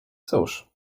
cóż